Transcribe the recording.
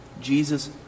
Jesus